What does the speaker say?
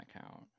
account